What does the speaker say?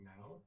now